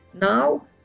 now